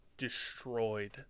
destroyed